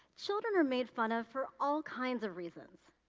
children are made fun of for all kinds of reasons,